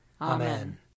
Amen